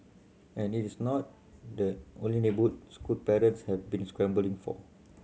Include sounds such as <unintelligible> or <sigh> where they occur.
and it is not the only <unintelligible> school parents had been scrambling for